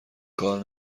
کار